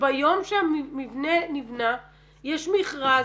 שביום שהמבנה נבנה יש מכרז,